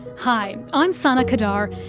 hi, i'm sana qadar,